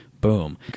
Boom